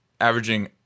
Averaging